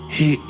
He